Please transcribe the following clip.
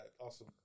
Awesome